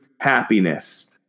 happiness